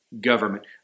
government